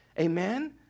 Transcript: amen